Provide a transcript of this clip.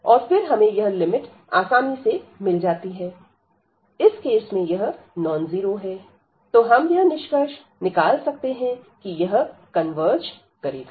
और फिर हमें यह लिमिट आसानी से मिल जाती है इस केस में यह नॉन जीरो है तो हम यह निष्कर्ष निकाल सकते हैं कि यह कन्वर्ज करेगा